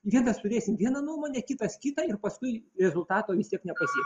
vienas turėsim vieną nuomonę kitas kitą ir paskui rezultato vis tiek nepasieksim